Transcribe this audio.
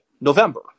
November